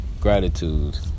gratitude